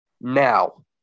Now